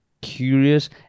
curious